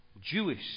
Jewish